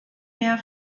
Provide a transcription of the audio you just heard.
mehr